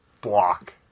block